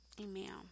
Amen